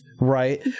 Right